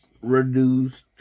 reduced